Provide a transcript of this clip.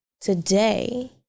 today